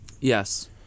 Yes